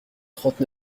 trente